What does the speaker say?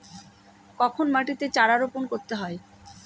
কখন মাটিতে চারা রোপণ করতে হয়?